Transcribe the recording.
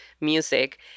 music